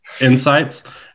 insights